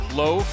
low